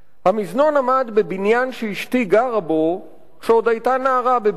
המזנון עמד בבניין שאשתי גרה בו כשעוד היתה נערה בברלין,